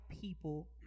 people